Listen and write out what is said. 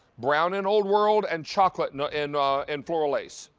brown in old world and chocolate and in in floral lace,